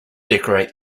decorate